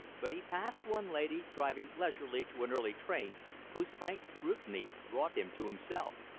but he passed one lady driving leisurely to an early train whose frank scrutiny brought him to himself.